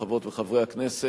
חברות וחברי הכנסת,